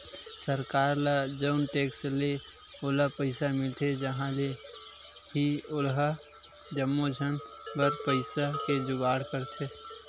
सरकार ल जउन टेक्स ले ओला पइसा मिलथे उहाँ ले ही ओहा जम्मो झन बर पइसा के जुगाड़ करथे